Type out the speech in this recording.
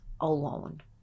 alone